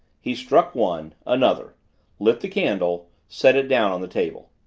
he struck one another lit the candle set it down on the table.